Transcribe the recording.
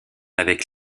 avec